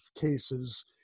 cases